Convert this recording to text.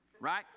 right